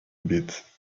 bit